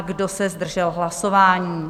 Kdo se zdržel hlasování?